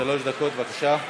שלוש דקות, בבקשה.